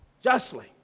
justly